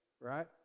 right